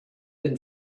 been